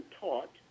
taught